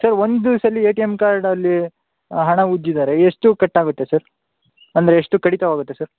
sir ಒಂದು ಸಲ A T M ಕಾರ್ಡಲ್ಲಿ ಹಣ ಉಜ್ಜಿದರೆ ಎಷ್ಟು ಕಟ್ಟಾಗುತ್ತೆ ಸರ್ ಅಂದರೆ ಎಷ್ಟು ಕಡಿತವಾಗುತ್ತೆ ಸರ್